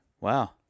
wow